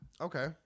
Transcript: Okay